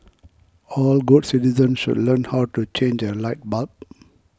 all good citizens should learn how to change a light bulb